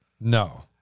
No